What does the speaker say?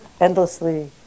endlessly